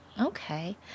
Okay